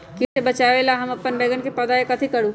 किट से बचावला हम अपन बैंगन के पौधा के कथी करू?